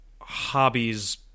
hobbies